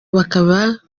bakaba